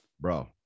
bro